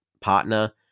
partner